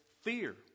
fear